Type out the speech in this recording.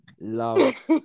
love